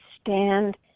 stand